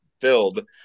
filled